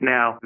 Now